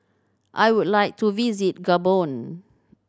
I would like to visit Gabon